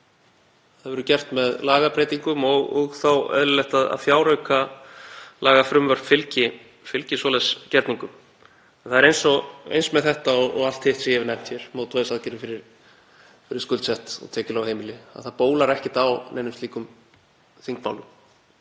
Það verður gert með lagabreytingum og þá er eðlilegt að fjáraukalagafrumvörp fylgi svoleiðis gerningum. En það er eins með þetta og allt hitt sem ég hef nefnt hér, mótvægisaðgerðir fyrir skuldsett tekjulág heimili, að það bólar ekkert á slíkum þingmálum.